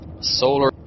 solar